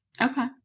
Okay